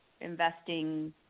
investing